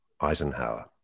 Eisenhower